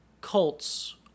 cults